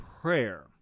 prayer